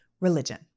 religion